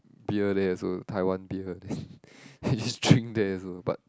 beer there also Taiwan beer then we just drink there also but